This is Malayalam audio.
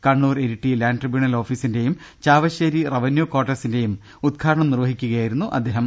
കണ്ണൂർ ഇരിട്ടി ലാന്റ് ട്രിബ്യൂണൽ ഓഫീസിന്റെയും ചാ വശേരി റവന്യൂ കാർട്ടേഴ്സിന്റെയും ഉദ്ഘാടനം നിർവഹിക്കുകയായിരുന്നു അദ്ദേഹം